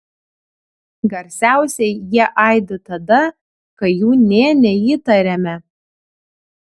garsiausiai jie aidi tada kai jų nė neįtariame